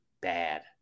bad